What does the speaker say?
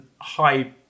high